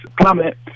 plummet